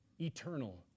Eternal